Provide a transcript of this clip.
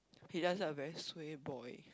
he just a very sweet boy